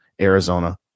Arizona